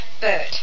Bird